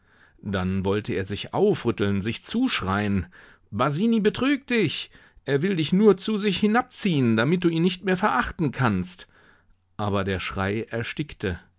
dann wollte er sich aufrütteln sich zuschreien basini betrügt dich er will dich nur zu sich hinabziehen damit du ihn nicht mehr verachten kannst aber der schrei erstickte